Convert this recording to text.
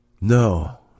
No